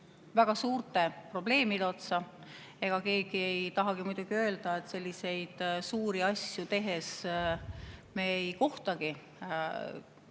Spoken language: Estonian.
väga suurte probleemide otsa. Me ei taha öelda, et selliseid suuri asju tehes me ei kohtagi